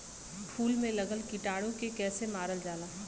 फूल में लगल कीटाणु के कैसे मारल जाला?